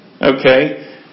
Okay